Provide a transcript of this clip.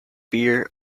beer